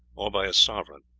or by a sovereign,